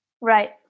right